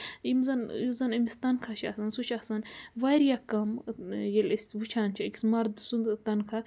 یِم زن یُس زن أمِس تنخواہ چھِ آسان سُہ چھِ آسان وارِیاہ کَم ییٚلہِ أسۍ وٕچھان چھِ أکِس مردٕ سُنٛد تنخواہ